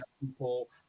people